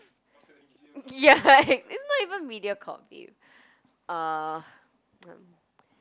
Yeah like it's not even mediacorp babe um